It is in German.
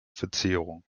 verzierung